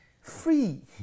Free